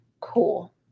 cool